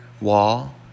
wall